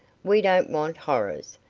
we don't want horrors.